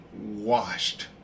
Washed